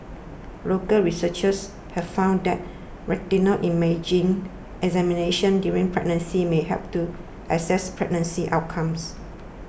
local researchers have found that retinal imaging examinations during pregnancy may help to assess pregnancy outcomes